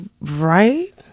right